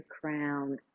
crown